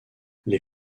les